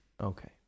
Okay